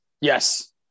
yes